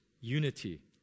unity